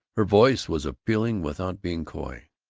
her voice was appealing without being coy.